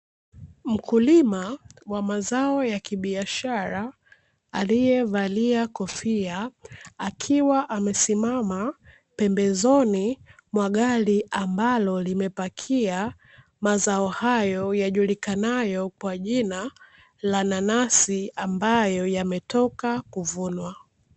Mkulima wa mazao ya kibiashara aliyevalia kofia, akiwa amesimama pembezoni mwa gari ambalo limepakia mazao hayo yajulikanayo kwa jina la nanasi, ambayo yametoka kuvunwa.